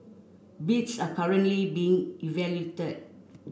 bids are currently being